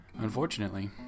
Unfortunately